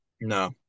no